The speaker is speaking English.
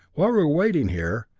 while we're waiting here,